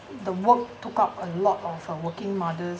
the work took up a lot of a working mother's